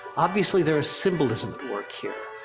obviously there's symbolism at work here.